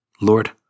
Lord